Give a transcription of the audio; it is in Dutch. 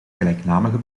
gelijknamige